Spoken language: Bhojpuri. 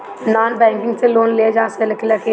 नॉन बैंकिंग से लोन लेल जा ले कि ना?